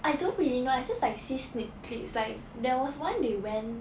I don't really know I just like see sneak clips like there was one they went